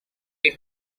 died